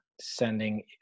sending